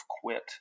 quit